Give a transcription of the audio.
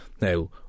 now